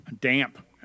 damp